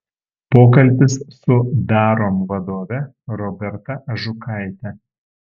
pokalbis su darom vadove roberta ažukaite